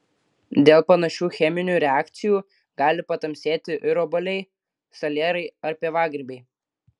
dėl panašių cheminių reakcijų gali patamsėti ir obuoliai salierai ar pievagrybiai